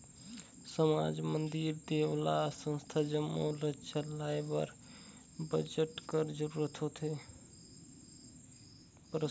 समाज, मंदिर, देवल्ला, संस्था जम्मो ल चलाए बर बजट कर जरूरत परथे